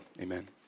amen